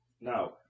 Now